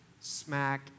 smack